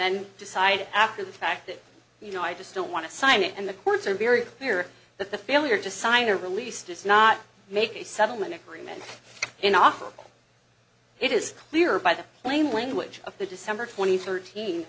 then decide after the fact that you know i just don't want to sign it and the courts are very clear that the failure to sign a release does not make a settlement agreement an offer it is clear by the plain language of the december twenty thir